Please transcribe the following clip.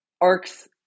arcs